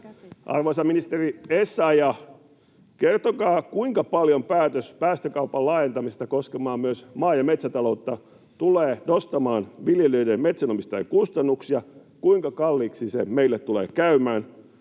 Arvoisa ministeri Essayah, kertokaa, kuinka paljon päätös päästökaupan laajentamisesta koskemaan myös maa‑ ja metsätaloutta tulee nostamaan viljelijöiden ja metsänomistajien kustannuksia. Kuinka kalliiksi se meille tulee käymään?